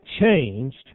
changed